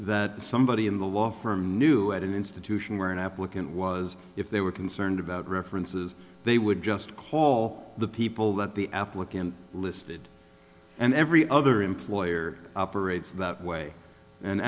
that somebody in the law firm knew at an institution where an applicant was if they were concerned about references they would just call the people that the applicant listed and every other employer operates that way an